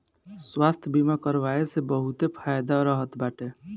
स्वास्थ्य बीमा करवाए से बहुते फायदा रहत बाटे